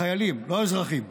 חיילים, לא אזרחים.